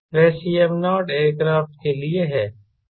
वह Cm0 aircraft के लिए है